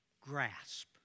grasp